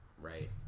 right